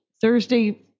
Thursday